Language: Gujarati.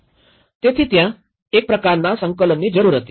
તેથી ત્યાં એક પ્રકારના સંકલનની જરૂર હતી